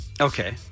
Okay